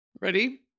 Ready